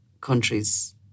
countries